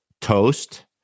toast